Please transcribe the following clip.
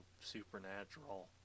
supernatural